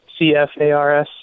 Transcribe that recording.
CFARS